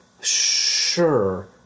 Sure